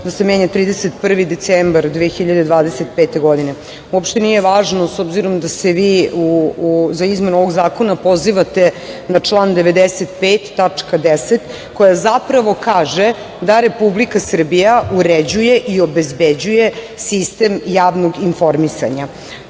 da se menja 31. decembar 2025. godine. Uopšte nije važno s obzirom da se vi na izmenu ovog zakona pozivate na član 95. tačka 10) koja zapravo kaže da Republika Srbija uređuje i obezbeđuje sistem javnog informisanja,